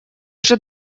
уже